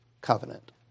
covenant